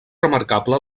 remarcable